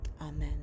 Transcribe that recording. Amen